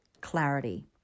clarity